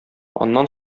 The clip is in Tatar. аннан